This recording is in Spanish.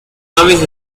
naves